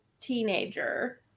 teenager